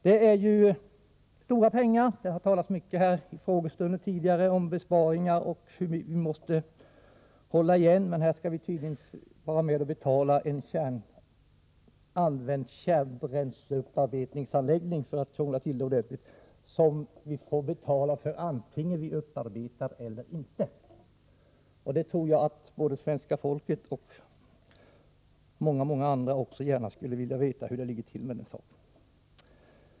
Det gäller här stora pengar, och det har tidigare under denna frågestund talats om vikten att spara och hålla igen. Men här skall vi tydligen få vara med om att betala en upparbetningsanläggning för använt kärnbränsle, oavsett om vi upparbetar något kärnbränsle eller inte. Jag tror att både svenska folket och många andra skulle vilja veta hur det ligger till med den saken.